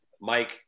Mike